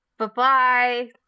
Bye-bye